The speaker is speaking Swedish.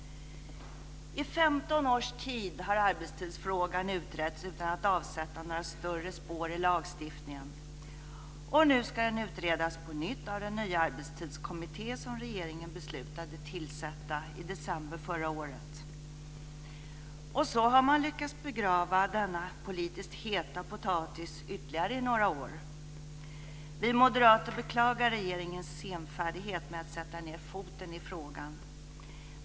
I 15 års tid har arbetstidsfrågan utretts utan att avsätta några större spår i lagstiftningen. Och nu ska den utredas på nytt av den nya arbetstidskommitté som regeringen beslutade tillsätta i december förra året. Och så har man lyckats begrava denna politiskt heta potatis i ytterligare några år. Vi moderater beklagar regeringens senfärdighet med att sätta ned foten i frågan.